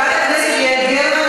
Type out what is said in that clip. חברת הכנסת יעל גרמן,